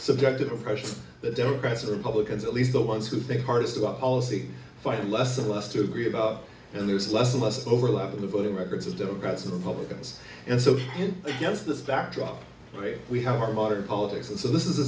subjective impression that democrats or republicans at least the ones who think hardest about policy fight less and less to agree about and there's less and less overlap in the voting records of democrats and republicans and so against this backdrop we have our modern politics and so this is